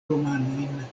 romanojn